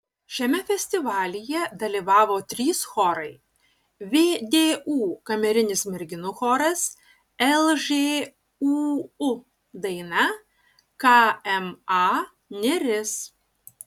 šiame festivalyje dalyvavo trys chorai vdu kamerinis merginų choras lžūu daina kma neris